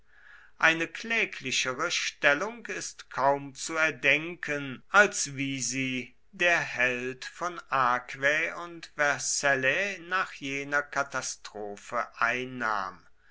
eine kläglichere stellung ist kaum zu erdenken als wie sie der held von aquae und vercellae nach jener katastrophe einnahm